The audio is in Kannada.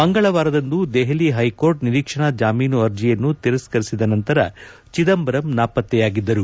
ಮಂಗಳವಾರದಂದು ದೆಹಲಿ ಹ್ವೆಕೋರ್ಟ್ ನಿರೀಕ್ಷಣಾ ಜಾಮೀನು ಅರ್ಜಿಯನ್ನು ತಿರಸ್ನ ರಿಸಿದ ನಂತರ ಚಿದಂಬರಂ ನಾಪತ್ತೆಯಾಗಿದ್ದರು